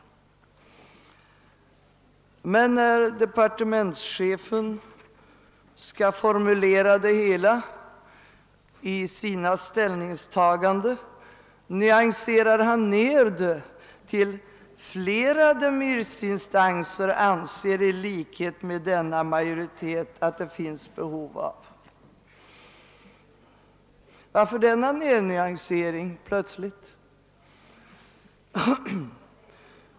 Men när departementschefen skall formulera det hela i sina ställningstaganden nyanserar han ner det till: »flera» remissinstanser anser i likhet med denna majoritet att det finns behov etc. Varför denna plötsliga nyansering?